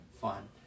fun